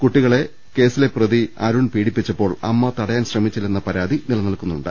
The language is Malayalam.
കുട്ടികളെ കേസിലെ പ്രതി അരുൺ പീഡിപ്പിച്ചപ്പോൾ അമ്മ തടയാൻ ശ്രമിച്ചില്ലെന്ന പരാതി നിലനിൽക്കു ന്നുണ്ട്